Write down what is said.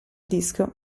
disco